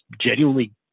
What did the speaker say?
genuinely